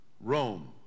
Rome